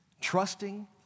Trusting